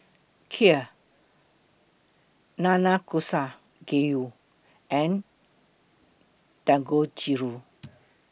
Kheer Nanakusa Gayu and Dangojiru